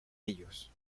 ellos